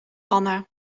anne